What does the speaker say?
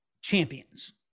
champions